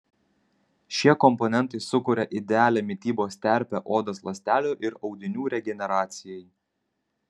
šie komponentai sukuria idealią mitybos terpę odos ląstelių ir audinių regeneracijai